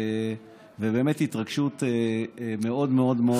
באמת, התרגשות מאוד מאוד מאוד גדולה.